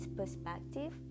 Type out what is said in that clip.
perspective